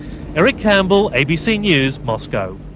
eric campbell, abc news, moscow.